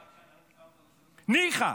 ניחא,